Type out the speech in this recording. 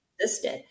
existed